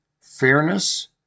fairness